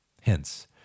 Hence